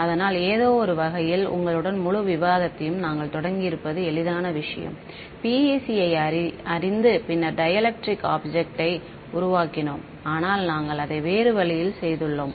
அதனால் ஏதோவொரு வகையில் உங்களுடன் முழு விவாதத்தையும் நாங்கள் தொடங்கியிருப்பது எளிதான விஷயம் PEC ஐ அறிந்து பின்னர் டைஎலக்ட்ரிக் ஆப்ஜெக்ட் யை உருவாக்கினோம் ஆனால் நாங்கள் அதை வேறு வழியில் செய்துள்ளோம்